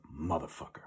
motherfucker